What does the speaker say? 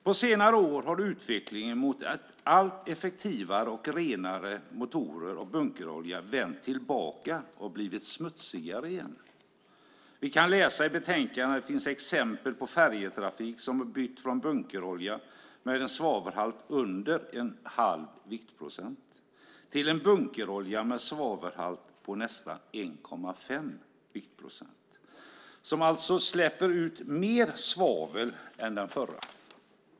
På senare år har utvecklingen mot allt effektivare och renare motorer och bunkeroljor vänt tillbaka, och de har blivit smutsigare igen. Vi kan läsa i betänkandet att det finns exempel på färjetrafik som bytt från bunkerolja med en svavelhalt under 1⁄2 viktprocent till en bunkerolja med en svavelhalt på nästan 1,5 viktprocent som alltså släpper ut mer svavel än den förra.